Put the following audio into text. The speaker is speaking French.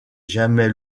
jamais